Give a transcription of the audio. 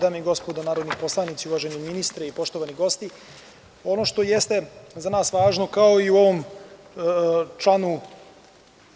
Dame i gospodo narodni poslanici, uvaženi ministri i poštovani gosti, ono što jeste za nas važno kao i u ovom članu